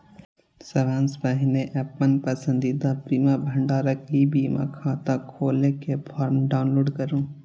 सबसं पहिने अपन पसंदीदा बीमा भंडारक ई बीमा खाता खोलै के फॉर्म डाउनलोड करू